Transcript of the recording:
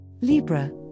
Libra